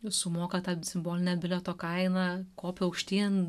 sumoka tą simbolinę bilieto kainą kopia aukštyn